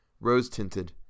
rose-tinted